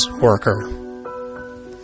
worker